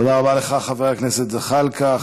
תודה רבה לך, חבר הכנסת זחאלקה.